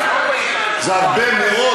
זה הרבה מאוד,